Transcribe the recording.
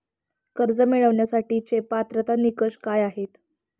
कर्ज मिळवण्यासाठीचे पात्रता निकष काय आहेत?